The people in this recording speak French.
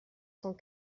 cent